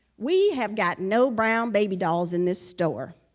we have got no brown baby dolls in this store